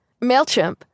MailChimp